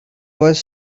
was